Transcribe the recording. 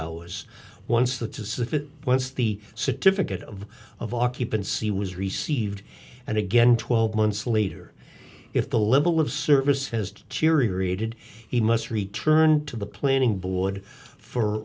hours once that is if it once the sit difficult of of occupancy was received and again twelve months later if the level of service has deteriorated he must return to the planning board for